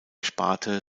sparte